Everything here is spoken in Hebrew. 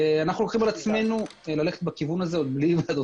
אנחנו לוקחים על עצמנו ללכת כיוון הזה בלי ועדות